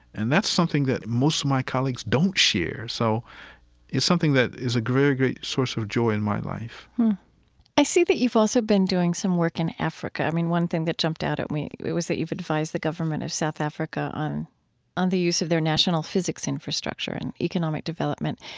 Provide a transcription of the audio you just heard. and that's something that most of my colleagues don't share, so it's something that is a very great source of joy in my life i see that you've also been doing some work in africa. i mean one thing that jumped out at me was that you've advised the government of south africa on on the use of their national physics infrastructure and economic development.